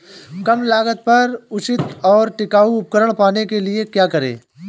कम लागत पर उचित और टिकाऊ उपकरण पाने के लिए क्या करें?